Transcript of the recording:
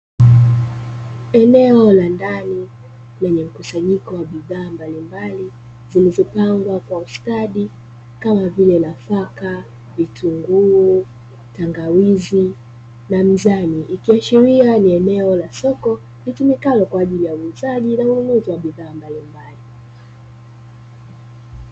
Eneo la ndani lenye mkusanyiko wa bidhaa mbalimbali zilizopangwa kwa ustadi kama vile nafaka, vitunguu, tangawizi, na mizani ikiashiria ni eneo la soko litumikalo kwa ajili ya uuzaji na ununuzi wa bidhaa mbalimbali.